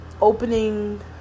opening